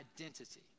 identity